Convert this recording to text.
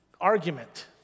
argument